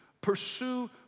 Pursue